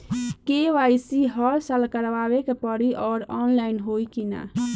KYC हर साल करवावे के पड़ी और ऑनलाइन होई की ना?